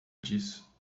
disso